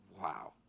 wow